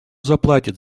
заплатит